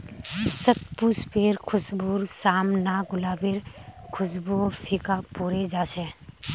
शतपुष्पेर खुशबूर साम न गुलाबेर खुशबूओ फीका पोरे जा छ